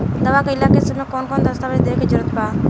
दावा कईला के समय कौन कौन दस्तावेज़ के जरूरत बा?